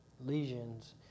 lesions